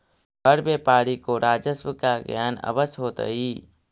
हर व्यापारी को राजस्व का ज्ञान अवश्य होतई